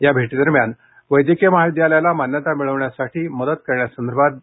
या भेटीदरम्यान वैद्यकीय महाविद्यालयाला मान्यता मिळवण्यासाठी मदत करण्यासंदर्भात डॉ